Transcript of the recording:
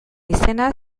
izena